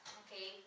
okay